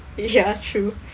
ya true